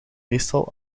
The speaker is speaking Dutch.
meestal